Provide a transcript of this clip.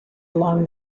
along